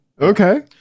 okay